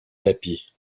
tapis